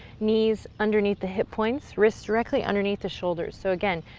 knees underneath the hip points, wrists directly underneath the shoulders so again,